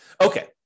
Okay